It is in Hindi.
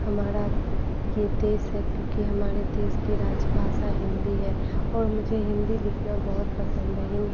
हमारा यह देश है क्योंकि हमारे देश की राज्य भाषा हिन्दी है और मुझे हिन्दी लिखना बहुत पसंद है हिन्दी